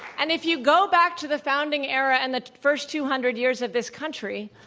and if you go back to the founding era and the first two hundred years of this country,